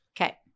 okay